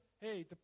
hey